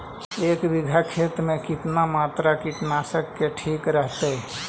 एक बीघा खेत में कितना मात्रा कीटनाशक के ठिक रहतय?